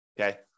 okay